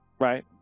right